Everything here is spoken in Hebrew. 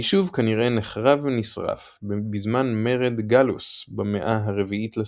היישוב כנראה נחרב ונשרף בזמן מרד גאלוס במאה ה-4 לספירה.